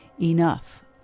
enough